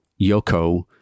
Yoko